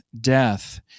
death